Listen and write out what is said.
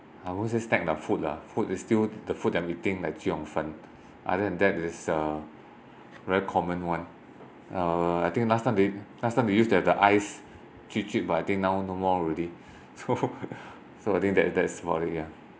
I won't say snack lah food lah food is still the food that I'm eating like chee-cheong-fun other than that is uh very common one uh I think last time they last time they used to have the ice jubjub but I think now no more already so I think that that's about it ya